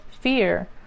fear